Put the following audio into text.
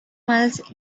miles